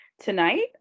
tonight